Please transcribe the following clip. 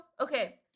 okay